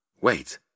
Wait